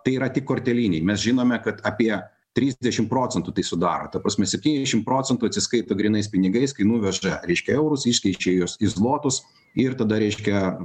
tai yra tik korteliniai mes žinome kad apie trisdešim procentų tai sudaro ta prasme septyniasdešim procentų atsiskaito grynais pinigais kai nuveža reiškia eurus iškeičia juos į zlotus ir tada reiškia